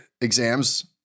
exams